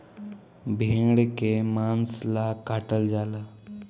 भेड़ के मांस ला काटल जाला